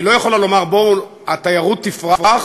היא לא יכולה לומר: בואו, התיירות תפרח,